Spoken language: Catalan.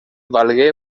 valgué